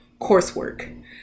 coursework